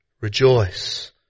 Rejoice